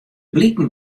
bliken